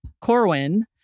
Corwin